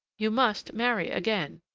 you must marry again.